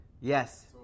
Yes